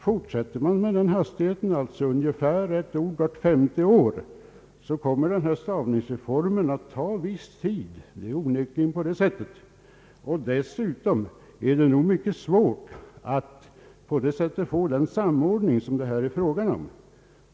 Fortsätter man i den takten — alltså ungefär ett ord vart femte år — så kommer denna stavningsreform onekligen att ta viss tid. Dessutom är det nog mycket svårt att få till stånd den samordning som erfordras.